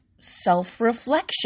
self-reflection